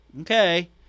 Okay